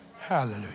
Hallelujah